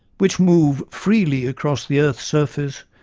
which move freely across the earth's surface,